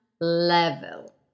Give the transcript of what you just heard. Level